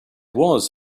was